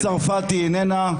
מטי צרפתי איננה,